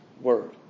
Word